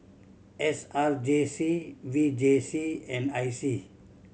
S R J C V J C and I C